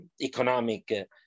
economic